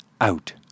out